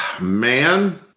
man